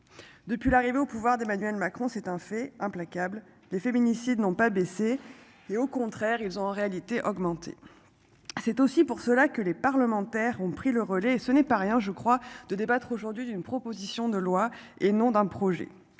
Depuis l'arrivée au pouvoir d'Emmanuel Macron. C'est un fait, implacable, les féminicides n'ont pas baissé. Et au contraire ils ont en réalité augmentée. C'est aussi pour cela que les parlementaires ont pris le relais et ce n'est pas rien, je crois, de débattre aujourd'hui d'une proposition de loi et non d'un projet.